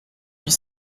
huit